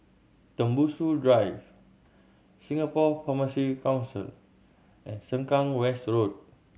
Tembusu Drive Singapore Pharmacy Council and Sengkang West Road